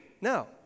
No